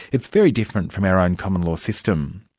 it's very different from our own common law system.